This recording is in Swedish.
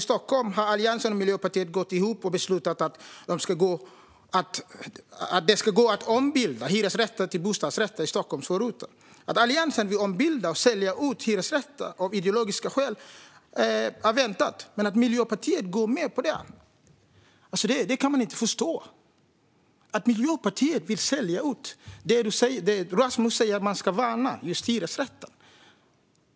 I Stockholm har Alliansen och Miljöpartiet gått ihop och beslutat att det ska gå att ombilda hyresrätter till bostadsrätter i vissa Stockholmsförorter. Att Alliansen vill ombilda och sälja ut hyresrätter av ideologiska skäl är väntat, men att Miljöpartiet går med på det kan man inte förstå! Miljöpartiet vill sälja ut det som Rasmus Ling säger att man ska värna, nämligen just hyresrätter.